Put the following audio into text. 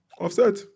Offset